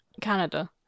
Canada